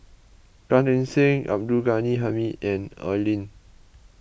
Gan Eng Seng Abdul Ghani Hamid and Oi Lin